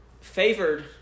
favored